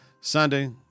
Sunday